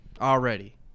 already